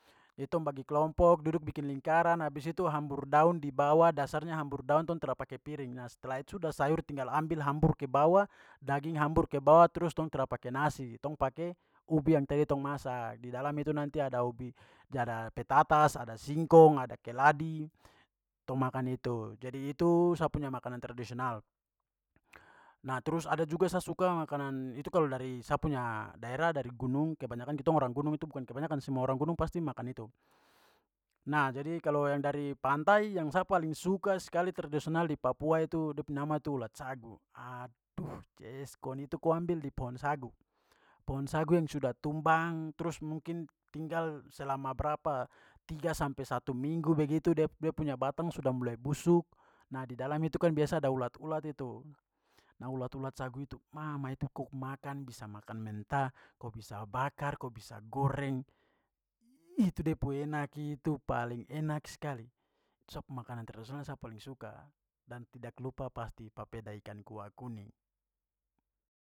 Jadi tong bagi kelompok, duduk bikin lingkaran, habis itu hambur daun di bawah, dasarnya hambur daun tong tra pake piring. Nah, setelah itu sudah sayur tinggal ambil hambur ke bawah, daging hambur ke bawah, trus tong tra pake nasi, tong pake ubi yang tadi tong masak. Di dalam itu nanti ada ubi petatas, ada singkong, ada keladi, tong makan itu. Jadi itu sa punya makanan tradisional. Nah, terus ada juga sa suka makanan- itu kalau dari sa punya daerah, dari gunung, kebanyakan kitong orang gunung itu, bukan kebanyakan, semua orang gunung pasti makan itu. Nah, jadi kalo yang dari pantai, yang sa paling suka sekali tradisional di papua itu da pu nama tu ulat sagu. Aduh, ceskon, itu ko ambil di pohon sagu. Pohon sagu yang sudah tumbang trus mungkin tinggal selama berapa tiga sampai satu minggu begitu, dia punya batang sudah mulai busuk, nah, di dalam itu kan biasa ada ulat-ulat itu, nah, ulat-ulat sagu itu, mama, itu ko makan bisa makan mentah, ko bisa bakar, ko bisa goreng. Ih, itu de pu enak itu paling enak sekali. Itu sa pu makanan tradisional yang sa paling suka. Dan tidak lupa pasti papeda ikan kuah kuning.